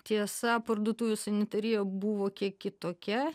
tiesa parduotuvių sanitarija buvo kiek kitokia